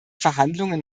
verhandlungen